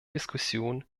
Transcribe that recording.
diskussion